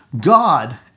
God